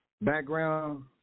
background